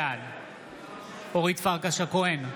בעד אורית פרקש הכהן,